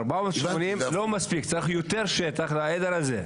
ה-480 לא מספיק צריך יותר שטח לעדר הזה.